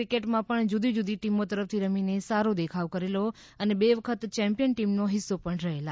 ક્રિકેટમાં પણ જુદી જુદી ટીમો તરફથી રમીને સારો દેખાવ કરેલો અને બે વખત ચેમ્પિયન ટીમનો હિસ્સો પણ રહેલા